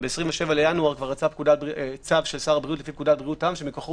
ב-27 בינואר כבר יצא צו של שר הבריאות לפי פקודת בריאות העם שמכוחו